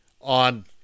on